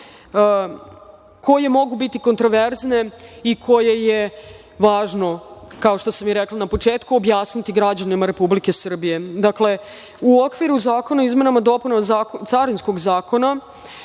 koje mogu biti kontraverzne i koje je važno, kao što sam i rekla na početku, objasniti građanima Republike Srbije. Dakle, u okviru zakona o izmenama i dopunama Carinskog zakona